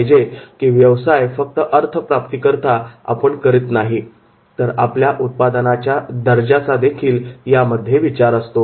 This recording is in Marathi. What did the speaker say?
जसे आपण बोलत आहोत तसे आपण हे समजून घेतले पाहिजे की व्यवसाय फक्त अर्थप्राप्तीकरिता आपण करत नाही तर आपल्या उत्पादनाच्या दर्जाचा देखील त्यामध्ये विचार करतो